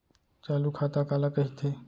चालू खाता काला कहिथे?